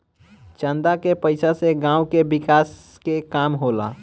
चंदा के पईसा से गांव के विकास के काम होला